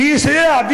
ויסייע,